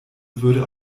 würde